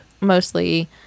mostly